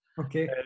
okay